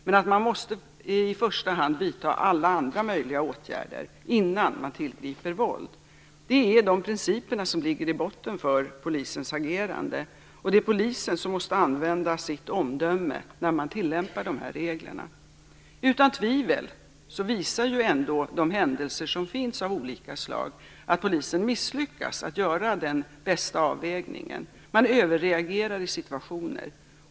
Men man måste i första hand vidta alla andra möjliga åtgärder innan man tillgriper våld. Det är de principer som ligger i botten för polisens agerande. Det är polisen som måste använda sitt omdöme när man tillämpar de här reglerna. Utan tvivel visar de händelser av olika slag som förekommer att polisen misslyckas att göra den bästa avvägningen. Man överreagerar i situationer.